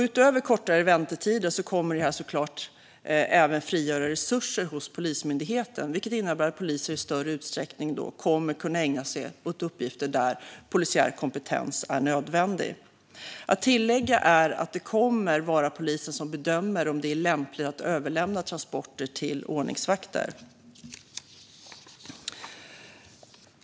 Utöver kortare väntetider skulle förslaget även frigöra resurser hos Polismyndigheten, vilket innebär att poliser i större utsträckning kommer att kunna ägna sig åt uppgifter där polisiär kompetens är nödvändig. Låt mig tillägga att det kommer att vara polisen som bedömer om det är lämpligt att överlämna transporter till ordningsvakter.